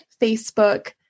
Facebook